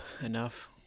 enough